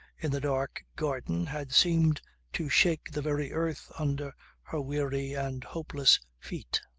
in the dark garden had seemed to shake the very earth under her weary and hopeless feet.